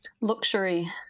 luxury